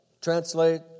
Translate